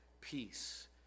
peace